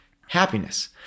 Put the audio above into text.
happiness